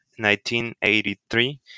1983